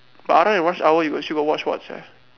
but other than rush hour you still got watch what sia